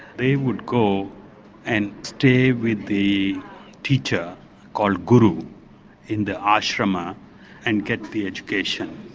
they would go and stay with the teacher called guru in the ashrama and get the education.